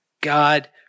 God